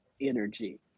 energy